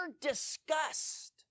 disgust